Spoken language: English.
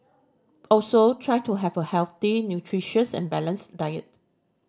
also try to have a healthy nutritious and balanced diet